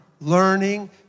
Learning